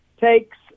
takes